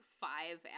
five